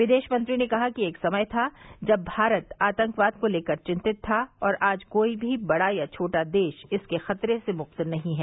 विदेश मंत्री ने कहा कि एक समय था जब भारत आतंकवाद को लेकर चिंतित था और आज कोई भी बड़ा या छोटा देश इसके खतरे से मुक्त नहीं है